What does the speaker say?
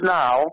now